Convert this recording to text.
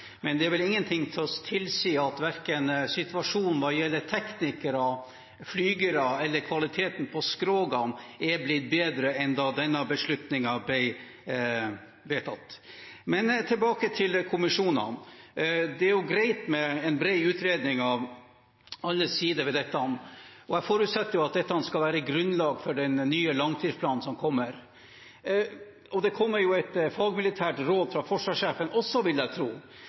men det er vel ingenting som skulle tilsi at situasjonen verken hva gjelder teknikere, flygere eller kvaliteten på skrogene er blitt bedre enn da denne beslutningen ble tatt. Men tilbake til kommisjonene: Det er jo greit med en bred utredning av alle sider ved dette, og jeg forutsetter at dette skal være grunnlag for den nye langtidsplanen som kommer. Det kommer jo et fagmilitært råd fra forsvarssjefen også, vil jeg tro.